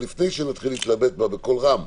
אבל לפני שנתחיל להתלבט בקול רם,